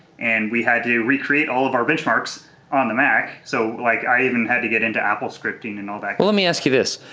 and we had to recreate all of our benchmarks on the mac. so like i even had to get into apple scripting and all that. well, let me ask you this.